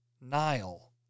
Nile